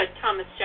Thomas